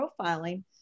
profiling